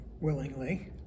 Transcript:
willingly